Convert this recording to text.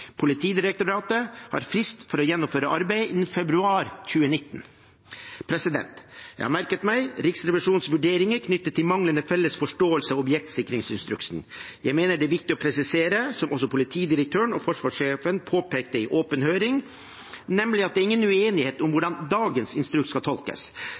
Politidirektoratet har frist for å gjennomføre arbeidet innen februar 2019. Jeg har merket meg Riksrevisjonens vurderinger knyttet til manglende felles forståelse av objektsikringsinstruksen. Jeg mener det er viktig å presisere det som også politidirektøren og forsvarssjefen påpekte i åpen høring, nemlig at det er ingen uenighet om hvordan dagens instruks skal tolkes.